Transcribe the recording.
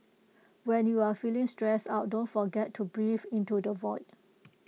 when you are feeling stressed out don't forget to breathe into the void